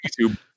YouTube